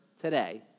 today